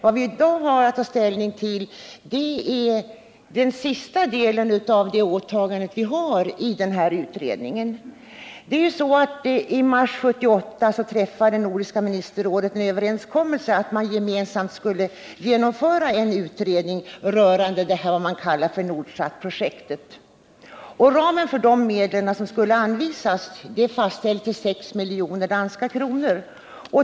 Vad vi i dag har att ta ställning till är den sista delen av det åtagande vi har i utredningen. I mars 1978 träffade nordiska ministerrådet en överenskommelse att man gemensamt skulle genomföra en utredning rörande vad man kallade Nordsatprojektet. Ramen för de medel som skulle anvisas är fastställd till 6 miljoner danska kronor.